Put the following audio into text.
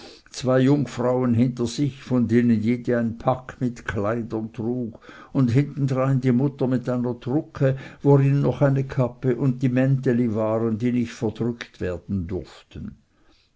zwei jungfrauen hinter sich von denen jede ein pack mit kleidern trug und hintendrein die mutter mit einer drucke worin noch eine kappe und die mänteli waren die nicht verdrückt werden durften